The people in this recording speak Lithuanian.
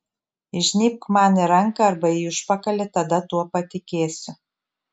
įžnybk man į ranką arba į užpakalį tada tuo patikėsiu